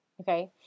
Okay